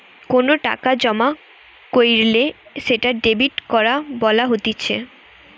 কোনো টাকা জমা কইরলে সেটা ডেবিট করা বলা হতিছে